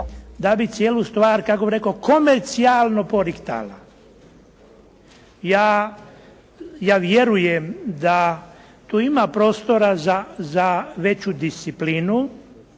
da bi cijelu stvar kako bih rekao komercijalno poriktala. Ja vjerujem da tu ima prostora za veću disciplinu,